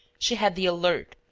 she had the alert,